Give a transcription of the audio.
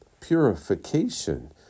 purification